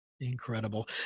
Incredible